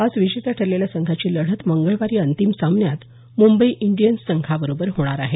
आज विजेता ठरलेल्या संघाची लढत मंगळवारी अंतिम सामन्यात मुंबई इंडियन्स संघाबरोबर होणार आहे